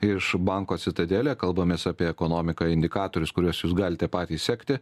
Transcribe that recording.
iš banko citadelė kalbamės apie ekonomiką indikatorius kuriuos jūs galite patys sekti